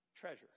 treasure